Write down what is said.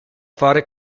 fare